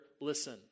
listen